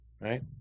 right